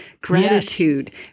gratitude